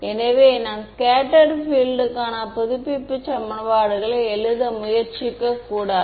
எனவே நான் ஸ்கேட்டர்டு பீல்டுக்கான புதுப்பிப்பு சமன்பாடுகளை எழுத முயற்சிக்கக்கூடாது